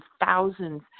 thousands